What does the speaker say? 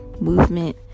movement